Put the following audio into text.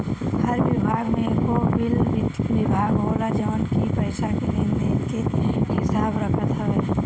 हर विभाग में एगो वित्त विभाग होला जवन की पईसा के लेन देन के हिसाब रखत हवे